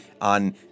on